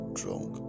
drunk